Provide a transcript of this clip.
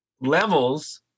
levels